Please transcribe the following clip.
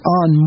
on